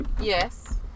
Yes